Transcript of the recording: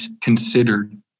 considered